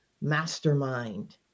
mastermind